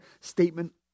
statement